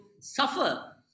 suffer